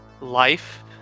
life